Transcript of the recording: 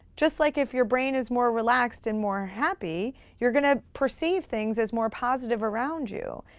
just like if your brain is more relaxed and more happy, you're going to perceive things as more positive around you.